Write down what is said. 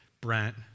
Brent